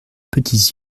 petits